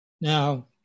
Now